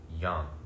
young